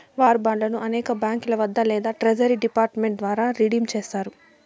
war బాండ్లను అనేక బాంకీల వద్ద లేదా ట్రెజరీ డిపార్ట్ మెంట్ ద్వారా రిడీమ్ చేస్తారు